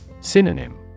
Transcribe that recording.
Synonym